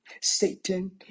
Satan